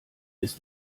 ist